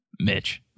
Mitch